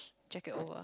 jacket over